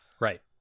right